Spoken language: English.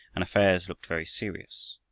and affairs looked very serious.